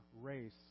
race